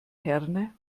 herne